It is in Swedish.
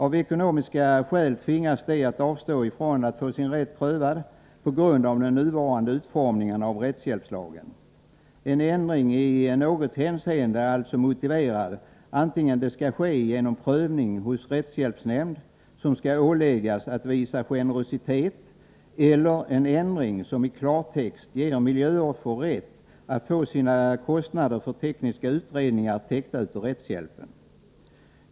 Av ekonomiska skäl tvingas de att avstå från att få sin rätt prövad på grund av den nuvarande utformningen av rättshjälpslagen. En ändring i något hänseende är alltså motiverad vare sig det skall ske genom prövning hos rättshjälpsnämnd, som skall åläggas att ”visa generositet”, eller genom en ändring som i klartext ger miljöoffer rätt att få sina kostnader för tekniska utredningar täckta av rättshjälpen.